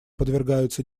подвергаются